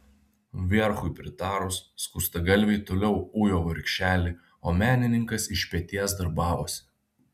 vierchui pritarus skustagalviai toliau ujo vargšelį o menininkas iš peties darbavosi